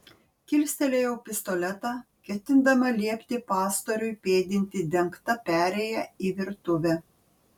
kilstelėjau pistoletą ketindama liepti pastoriui pėdinti dengta perėja į virtuvę